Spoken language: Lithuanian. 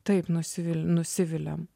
taip nusivil nusiviliam